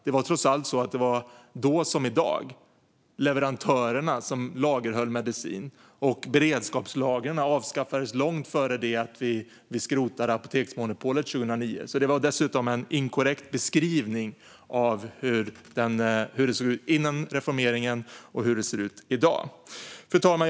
Då, precis som i dag, var det trots allt leverantörerna som lagerhöll medicin, och beredskapslagren avskaffades långt innan vi skrotade apoteksmonopolet 2009. Det var dessutom en inkorrekt beskrivning av hur det såg ut innan reformeringen och hur det ser ut i dag. Fru talman!